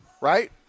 right